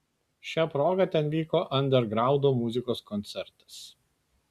šia proga ten vyko andergraundo muzikos koncertas